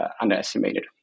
underestimated